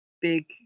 big